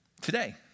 today